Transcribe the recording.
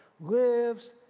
lives